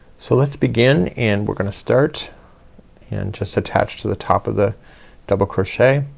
so let's begin and we're gonna start and just attach to the top of the double crochet,